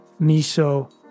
miso